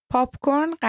Popcorn